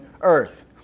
earth